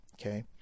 Okay